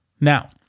Now